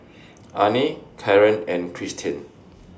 Arnie Caren and Tristian